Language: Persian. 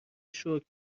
شکر